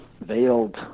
veiled